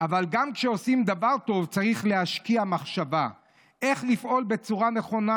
/ אבל גם כשעושים דבר טוב צריך להשקיע מחשבה / איך לפעול בצורה נכונה,